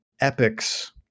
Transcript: epics